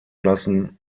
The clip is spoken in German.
lassen